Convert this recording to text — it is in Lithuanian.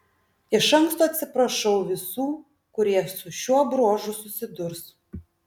iš anksto atsiprašau visų kurie su šiuo bruožu susidurs